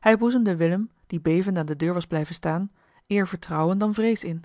hij boezemde willem die bevende aan de deur was blijven staan eer vertrouwen dan vrees in